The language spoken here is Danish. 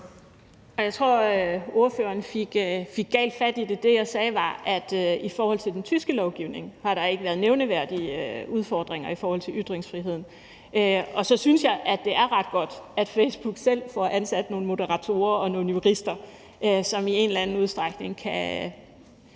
Jeg tror, at ordføreren fik galt fat i det. Det, jeg sagde, var, at i forhold til den tyske lovgivning har der ikke været nævneværdige udfordringer i forhold til ytringsfriheden. Og så synes jeg, at det er ret godt, at Facebook selv får ansat nogle moderatorer og nogle jurister, som i en eller anden udstrækning kan